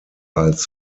als